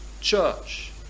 church